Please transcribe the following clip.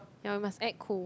ya I must act cool